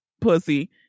Pussy